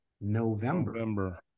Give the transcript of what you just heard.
November